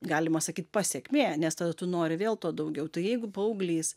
galima sakyt pasekmė nes tada tu nori vėl to daugiau tai jeigu paauglys